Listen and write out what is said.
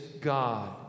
God